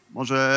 Może